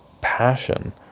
passion